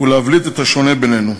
ולהבליט את השונה בינינו.